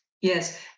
Yes